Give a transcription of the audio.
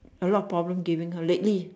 a lot of problem giving her lately